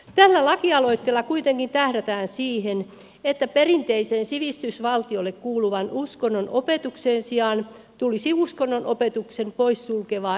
tällä lakialoitteella kuitenkin tähdätään siihen että perinteisen sivistysvaltiolle kuuluvan uskonnonopetuksen sijaan tulisi uskonnonopetuksen pois sulkevaa elämänkatsomusoppia